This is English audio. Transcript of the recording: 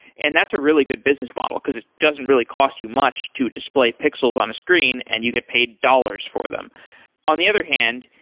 and that's a really good business model, because it doesn't really cost you much to display pixels on a screen, and you get paid dollars for them on the other hand,